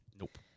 Nope